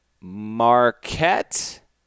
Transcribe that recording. Marquette